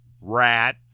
rat